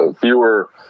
fewer